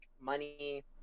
money